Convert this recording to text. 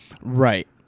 Right